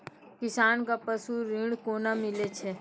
किसान कऽ पसु ऋण कोना मिलै छै?